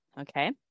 okay